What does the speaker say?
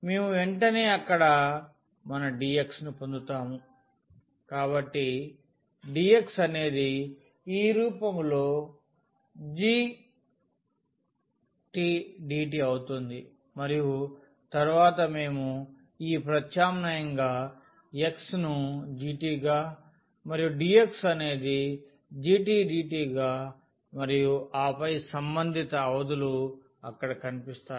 మేము వెంటనే అక్కడ మన dx ను పొందుతాము కాబట్టి dx అనేది ఈ రూపంలో gdt అవుతుంది మరియు తర్వాత మేము ఈ ప్రత్యామ్నాయంగా x ను g గా మరియు dx అనేది gdt గా మరియు ఆపై సంబంధిత అవధులు అక్కడ కనిపిస్తాయి